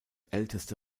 älteste